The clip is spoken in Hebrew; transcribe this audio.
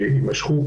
ויימשכו.